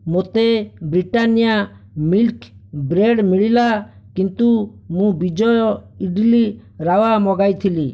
ମୋତେ Britannia milk bread ମିଳିଲା କିନ୍ତୁ ମୁଁ ବିଜୟ ଇଡ଼୍ଲି ରାୱା ମଗାଇଥିଲି